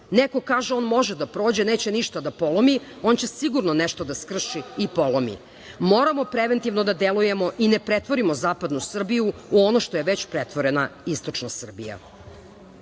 Neko kaže on može da prođe, neće ništa da polomi, on će sigurno nešto da skrši i polomi. Moramo preventivno da delujemo i ne pretvorimo zapadnu Srbiju u ono što je već pretvorena istočna Srbija. Dvoje